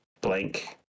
blank